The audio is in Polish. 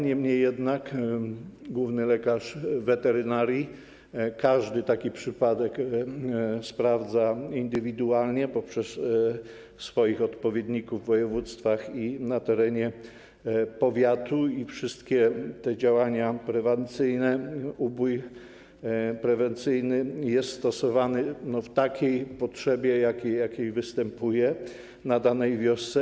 Niemniej jednak główny lekarz weterynarii każdy taki przypadek sprawdza indywidualnie poprzez swoich odpowiedników w województwach i na terenie powiatu i wszystkie działania prewencyjne, ubój prewencyjny, są stosowane według potrzeby, jaka występuje w danej wiosce.